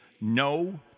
no